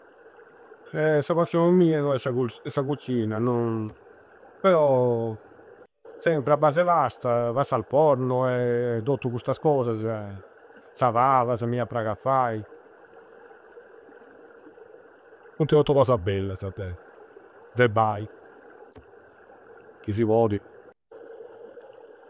Eh! Sa passioi mia no è sa cusi. Sa cucina, no. Però sempre a base e pasta. Pata al forno e tottu custas cosasa. Sa pabasa mi a praghi a fai. Funti tottu cosa bellasa de. De fai. Chi si podi.